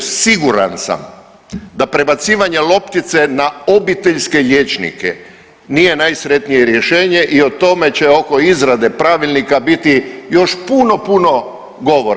Siguran sam da prebacivanje loptice na obiteljske liječnike nije najsretnije rješenje i o tome će oko izrade pravilnika biti još puno, puno govora.